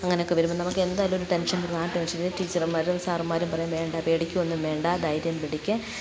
അങ്ങനെയൊക്കെ വരുമ്പം നമുക്കെന്തായാലും ഒരു ടെൻഷൻ വരും ആ ടെൻഷനിൽ ടീച്ചർമ്മാരും സാറമ്മാരും പറയും വേണ്ട പേടിക്കുകയൊന്നും വേണ്ട ധൈര്യം പിടിക്ക്